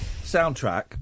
soundtrack